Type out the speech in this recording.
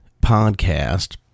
podcast